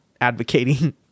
advocating